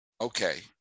Okay